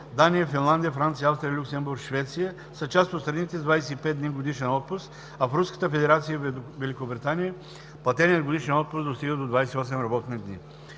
Дания, Финландия, Франция, Австрия, Люксембург, Швеция са част от страните с 25 дни годишен отпуск, а в Руската федерация и Великобритания платеният годишен отпуск достига до 28 работни дни.